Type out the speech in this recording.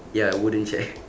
ya a wooden chair